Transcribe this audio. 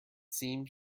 seems